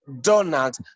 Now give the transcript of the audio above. Donald